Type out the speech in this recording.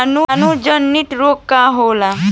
कीटाणु जनित रोग का होला?